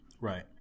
Right